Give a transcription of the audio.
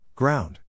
Ground